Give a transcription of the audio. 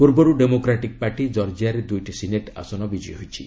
ପୂର୍ବରୁ democratic party ଜର୍ଜିଆରେ ଦୁଇଟି ସିନେଟ୍ ଆସନ ବିଜୟୀ ହୋଇଛି